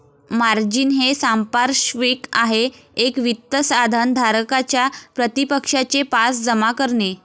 margin हे सांपार्श्विक आहे एक वित्त साधन धारकाच्या प्रतिपक्षाचे पास जमा करणे